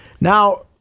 now